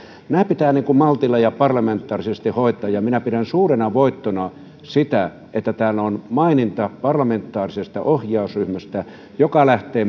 nämä pitää maltilla ja parlamentaarisesti hoitaa minä pidän suurena voittona sitä että täällä on maininta parlamentaarisesta ohjausryhmästä joka lähtee